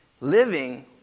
Living